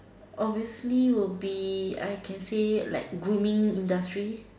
obviously would be I can say like grooming industry